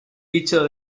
bicho